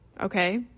okay